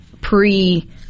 pre